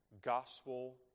gospel